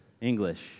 English